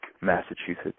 Massachusetts